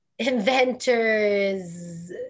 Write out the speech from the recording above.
Inventors